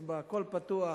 יש בה, הכול פתוח.